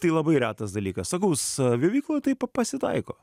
tai labai retas dalykas sakau saviveikla taip pasitaiko